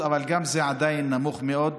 אבל גם זה עדיין נמוך מאוד,